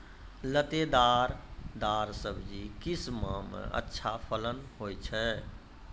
लतेदार दार सब्जी किस माह मे अच्छा फलन होय छै?